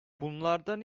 bunlardan